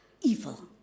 evil